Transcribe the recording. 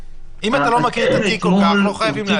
אם אתה לא מכיר את התיק כל כך, לא חייבים להגיב.